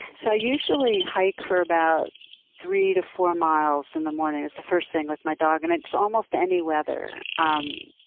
so i usually hike for about three to four miles in the morning it's the first thing with my dog and it's almost any weather, um